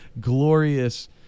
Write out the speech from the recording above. glorious